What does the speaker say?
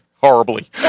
Horribly